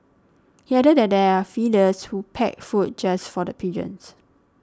he added that there are feeders who pack food just for the pigeons